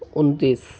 उनतीस